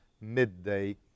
midday